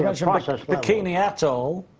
or bikini atoll,